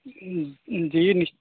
ओ जी